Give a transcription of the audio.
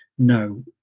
no